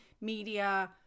media